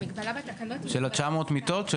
של ה-900 מיטות?